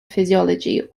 physiology